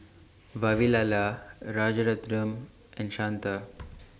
Vavilala Rajaratnam and Santha